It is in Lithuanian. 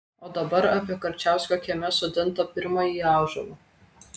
o dabar apie karčiausko kieme sodintą pirmąjį ąžuolą